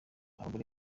abagore